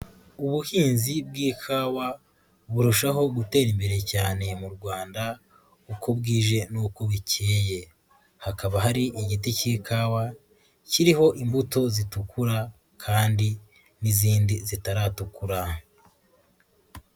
Ubuhinzi bw'ikawa burushaho gutera imbere cyane mu Rwanda uko bwije n'uko bukeye, hakaba hari igiti cy'ikawa, kiriho imbuto zitukura kandi n'izindi zitaratukura.